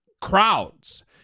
crowds